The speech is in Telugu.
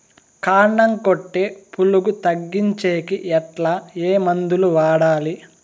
కాండం కొట్టే పులుగు తగ్గించేకి ఎట్లా? ఏ మందులు వాడాలి?